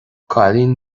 cailín